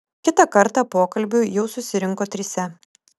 kitą kartą pokalbiui jau susirinko trise